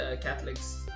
Catholics